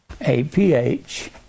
A-P-H